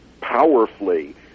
powerfully